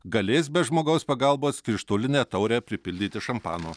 galės be žmogaus pagalbos krištolinę taurę pripildyti šampano